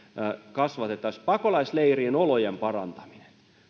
kasvatettaisiin pakolaisleirien olojen parantaminen